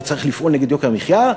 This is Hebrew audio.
וצריך לפעול נגד יוקר המחיה,